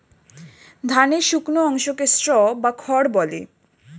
ধানের শুকনো অংশকে স্ট্র বা খড় বলে